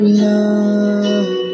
love